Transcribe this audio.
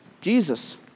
Jesus